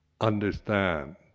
understand